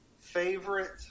favorite